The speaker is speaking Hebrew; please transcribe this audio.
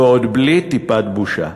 ועוד בלי טיפת בושה.